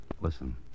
Listen